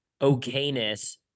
okayness